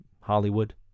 Hollywood